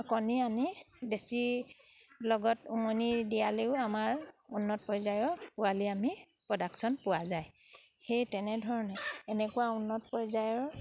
কণী আনি দেশীৰ লগত উমনি দিয়ালেও আমাৰ উন্নত পৰ্যায়ৰ পোৱালি আমি প্ৰডাকশ্যন পোৱা যায় সেই তেনেধৰণে এনেকুৱা উন্নত পৰ্যায়ৰ